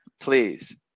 Please